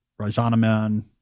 Rajanaman